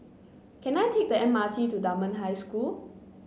can I take the M R T to Dunman High School